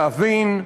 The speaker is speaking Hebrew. להבין.